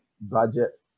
budget